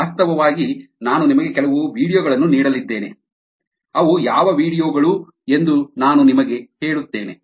ವಾಸ್ತವವಾಗಿ ನಾನು ನಿಮಗೆ ಕೆಲವು ವೀಡಿಯೊ ಗಳನ್ನು ನೀಡಲಿದ್ದೇನೆ ಅವು ಯಾವ ವೀಡಿಯೊ ಗಳು ಎಂದು ನಾನು ನಿಮಗೆ ಹೇಳುತ್ತೇನೆ